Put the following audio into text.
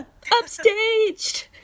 Upstaged